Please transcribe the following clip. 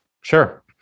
sure